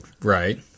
Right